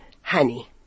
honey